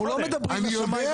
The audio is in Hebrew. אנחנו לא מדברים --- אני יודע,